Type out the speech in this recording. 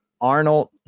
Arnold